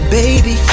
baby